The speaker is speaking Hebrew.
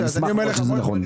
אשמח לדעת שזה נכון.